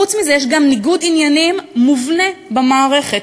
חוץ מזה, יש גם ניגוד עניינים מובנה במערכת.